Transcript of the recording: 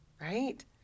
right